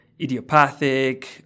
idiopathic